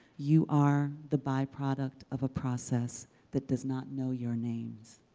you are the byproduct of a process that does not know your names.